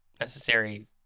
necessary